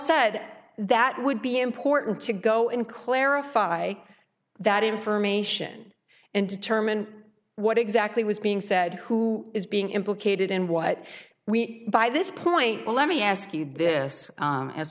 that that would be important to go in clarify that information and determine what exactly was being said who is being implicated in what we by this point well let me ask you this